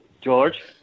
George